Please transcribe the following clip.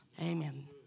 Amen